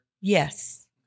Yes